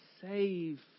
save